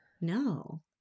No